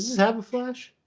this have a flash?